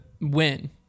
win